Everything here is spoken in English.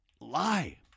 lie